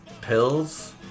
pills